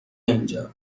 اینجا